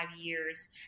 years